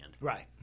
Right